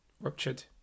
...ruptured